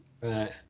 Right